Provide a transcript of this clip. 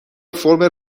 فرم